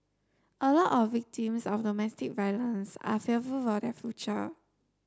a lot of victims of domestic violence are fearful for their future